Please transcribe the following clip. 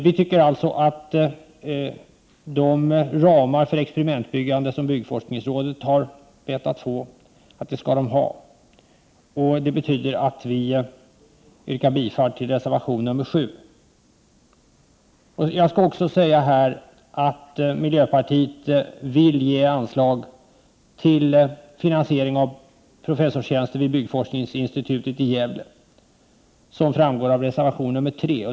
Vi tycker alltså att byggforskningsrådet skall få de ramar som rådet har bett att få och yrkar bifall till reservation 7. Jag vill också påpeka att miljöpartiet vill ge anslag till finansiering av professorstjänsten vid byggforskningsinstitutet i Gävle, vilket framgår av reservation 3.